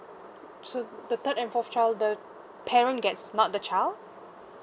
so the third and fourth child the parent gets not the child